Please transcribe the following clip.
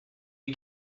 you